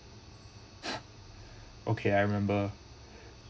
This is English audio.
okay I remember